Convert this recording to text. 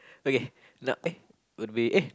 okay no eh would be eh